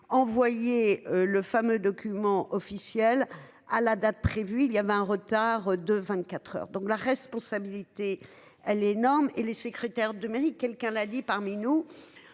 envoyer le fameux document officiel à la date prévue, il y avait un retard de 24h. Donc la responsabilité, elle est énorme et les secrétaires de mairie quelqu'un l'a dit parmi nous.